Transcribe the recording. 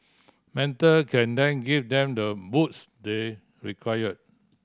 mentor can then give them the boost they require